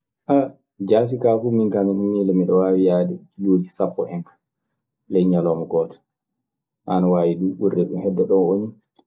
jaasi kaa fuu min kaa miɗe miili miɗe waawi yahde killoji sappo en ka, ley ñalawma gooto. Ana waawi duu ɓurde ɗun, hedde ɗoo oo ni.